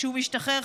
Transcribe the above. כשהוא משתחרר,